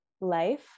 life